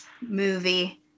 movie